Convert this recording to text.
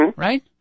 Right